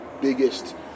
biggest